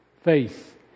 Faith